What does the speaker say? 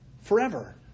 forever